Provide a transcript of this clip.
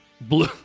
blue